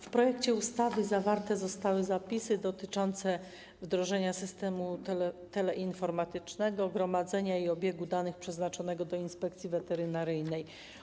W projekcie ustawy zawarte zostały zapisy dotyczące wdrożenia systemu teleinformatycznego służącego do gromadzenia i obiegu danych, przeznaczonego dla inspekcji weterynaryjnej.